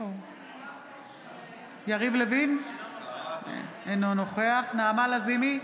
אינו נוכח נעמה לזימי,